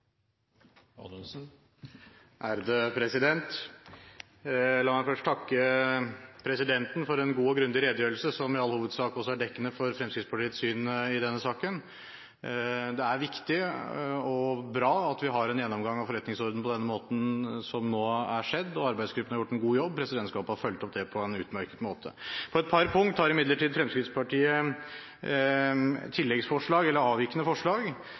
La meg først takke stortingspresidenten for en god og grundig redegjørelse, som i all hovedsak også er dekkende for Fremskrittspartiets syn i denne saken. Det er viktig og bra at vi har hatt en gjennomgang av forretningsordenen på den måten som nå er skjedd. Arbeidsgruppen har gjort en god jobb. Presidentskapet har fulgt opp dette på en utmerket måte. På et par punkter har imidlertid Fremskrittspartiet tilleggsforslag eller avvikende forslag.